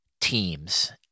teams